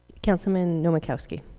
councilmember nowakowski.